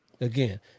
Again